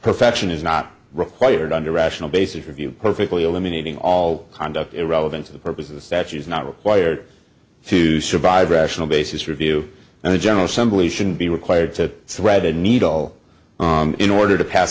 perfection is not required under rational basis review perfectly eliminating all conduct irrelevant to the purpose of the statute is not required to survive rational basis review and the general assembly shouldn't be required to thread a needle in order to pass